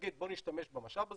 להגיד בואו נשתמש במשאב הזה,